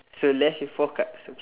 so left with four cards okay